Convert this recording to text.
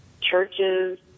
churches